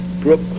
Brooke